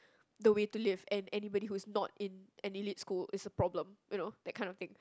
the way to live and anybody who's not in an elite school is a problem you know that kind of thing